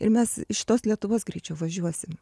ir mes iš tos lietuvos greičiau važiuosim